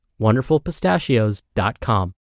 WonderfulPistachios.com